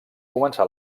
començà